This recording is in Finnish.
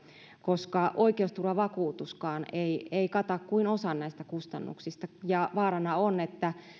koska oikeusturvavakuutuskaan ei ei kata kuin osan näistä kustannuksista ja vaarana on että